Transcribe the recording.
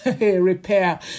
repair